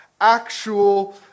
actual